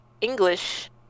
English